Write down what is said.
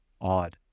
odd